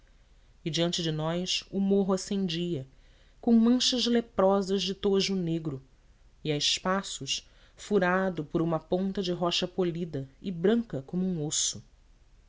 e diante de nós o morro ascendia com manchas leprosas de tojo negro e a espaços furado por uma ponta de rocha polida e branca como um osso